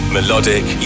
Melodic